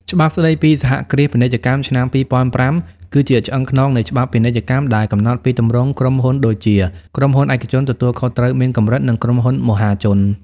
ច្បាប់ស្ដីពីសហគ្រាសពាណិជ្ជកម្មឆ្នាំ ២០០៥ គឺជាឆ្អឹងខ្នងនៃច្បាប់ពាណិជ្ជកម្ម ដែលកំណត់ពីទម្រង់ក្រុមហ៊ុនដូចជា ក្រុមហ៊ុនឯកជនទទួលខុសត្រូវមានកម្រិត និងក្រុមហ៊ុនមហាជន។